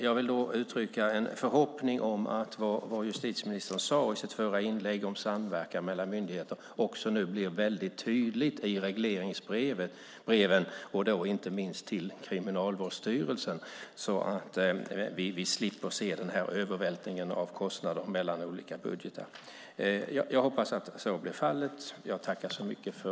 Jag vill uttrycka en förhoppning om att det som justitieministern sade i sitt förra inlägg om samverkan mellan myndigheterna blir tydligt i regleringsbreven, inte minst det till Kriminalvården, så att vi slipper se övervältring av kostnader mellan olika budgetar.